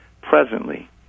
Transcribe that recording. presently